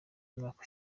umwaka